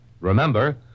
Remember